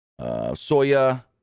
Soya